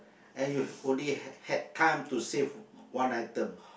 and you only had had time to save one item